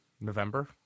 November